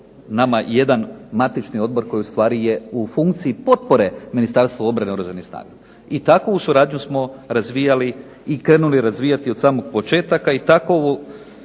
nama jedan matični odbor koji ustvari je u funkciji potpore Ministarstvu obrane oružane snage. I takovu suradnju smo razvijali i krenuli razvijati od samih početaka,